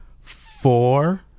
Four